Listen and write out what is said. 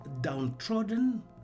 downtrodden